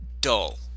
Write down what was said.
dull